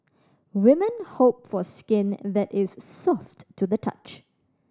women hope for skin that is soft to the touch